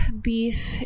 beef